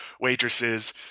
waitresses